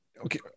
Okay